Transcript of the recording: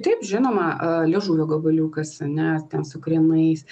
taip žinoma liežuvio gabaliukas ane ten su krienais